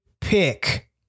pick